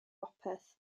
bopeth